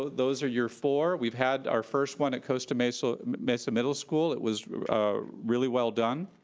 those are your four. we've had our first one at costa mesa mesa middle school. it was really well done.